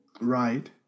Right